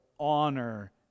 Honor